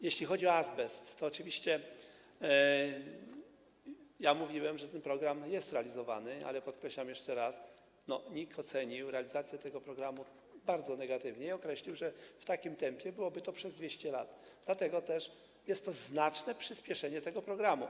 Jeśli chodzi o azbest, to oczywiście mówiłem, że ten program jest realizowany, ale podkreślam jeszcze raz: NIK ocenił realizację tego programu bardzo negatywnie i określił, że w takim tempie byłoby to przez 200 lat, dlatego też jest to znaczne przyspieszenie tego programu.